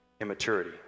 immaturity